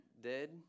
dead